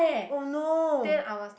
oh no